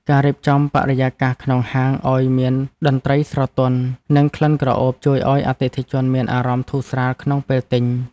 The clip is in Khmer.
ការរៀបចំបរិយាកាសក្នុងហាងឱ្យមានតន្ត្រីស្រទន់ និងក្លិនក្រអូបជួយឱ្យអតិថិជនមានអារម្មណ៍ធូរស្រាលក្នុងពេលទិញ។